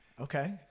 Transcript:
okay